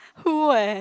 who eh